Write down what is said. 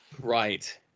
Right